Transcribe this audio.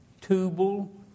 Tubal